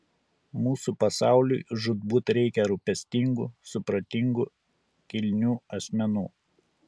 mūsų pasauliui žūtbūt reikia rūpestingų supratingų kilnių asmenų